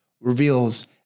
reveals